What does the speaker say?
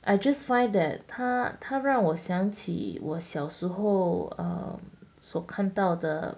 I just find that 它它让我想起我小时候所看到的